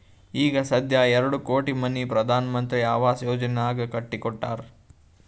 ಈಗ ಸಧ್ಯಾ ಎರಡು ಕೋಟಿ ಮನಿ ಪ್ರಧಾನ್ ಮಂತ್ರಿ ಆವಾಸ್ ಯೋಜನೆನಾಗ್ ಕಟ್ಟಿ ಕೊಟ್ಟಾರ್